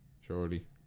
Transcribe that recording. Surely